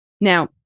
now